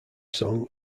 song